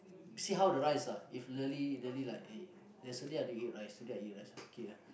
see how the rice ah if really really like eh yesterday I want to eat rice today I eat rice okay ah